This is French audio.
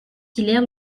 hilaire